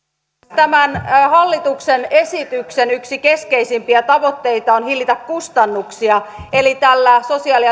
tämän hallituksen esityksen yksi keskeisimpiä tavoitteita on hillitä kustannuksia eli tällä sosiaali